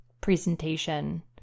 presentation